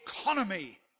economy